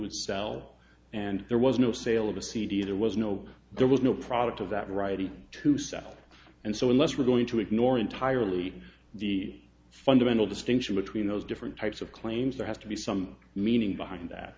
would sell and there was no sale of a cd there was no there was no product of that writing to sell and so unless we're going to ignore entirely the fundamental distinction between those different types of claims there have to be some meaning behind that